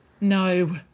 No